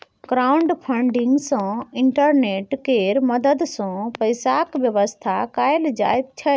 crowdfunding सँ internet केर मदद सँ पैसाक बेबस्था कएल जाइ छै